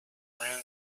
rams